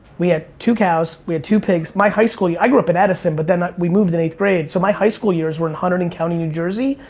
we had two cows, we had two pigs. my high school, yeah i grew up in edison. but then ah we moved in eighth grade. so my high school years were hunterdon county, new jersey.